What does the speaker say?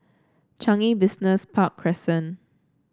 Changi Business Park Crescent